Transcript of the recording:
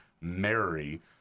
mary